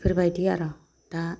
इफोरबायदि आरो दा